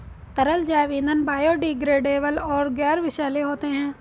तरल जैव ईंधन बायोडिग्रेडेबल और गैर विषैले होते हैं